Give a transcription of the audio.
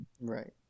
Right